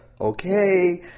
okay